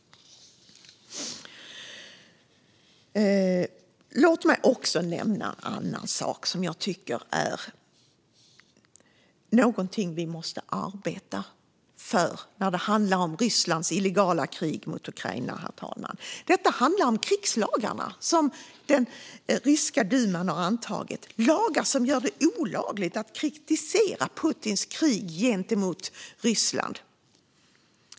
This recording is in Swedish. Låt mig också nämna en annan sak som jag tycker att vi måste arbeta för när det handlar om Rysslands illegala krig mot Ukraina, herr talman. Det handlar om krigslagarna som den ryska duman har antagit. Dessa lagar gör det olagligt att kritisera Putins krig gentemot Ukraina.